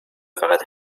فقط